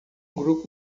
grupo